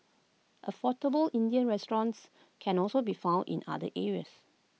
affordable Indian restaurants can also be found in other areas